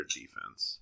defense